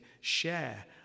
share